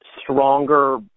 stronger